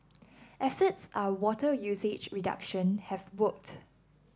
efforts are water usage reduction have worked